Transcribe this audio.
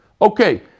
okay